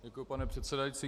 Děkuji, pane předsedající.